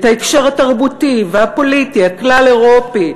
את ההקשר התרבותי והפוליטי הכלל-אירופי,